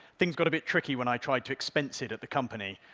things got a bit tricky when i tried to expense it at the company.